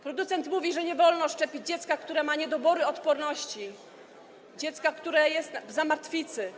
Producent mówi, że nie wolno szczepić dziecka, które ma niedobory odporności, dziecka, które jest w zamartwicy.